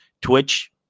twitch